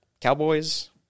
Cowboys